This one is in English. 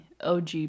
OG